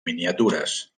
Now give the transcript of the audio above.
miniatures